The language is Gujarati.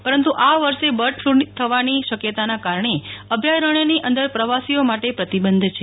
પરંતું આ વર્ષે બર્ડ ફલ્ થવાનો શકતાના કારણે અભયારણ્યની અંદર પ્રવાસીઓ માટે પ્રતિબંધ છે